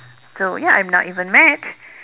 so ya I am not even mad